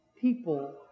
people